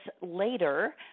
later